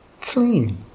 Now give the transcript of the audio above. clean